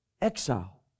exile